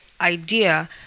idea